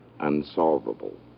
unsolvable